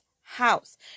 house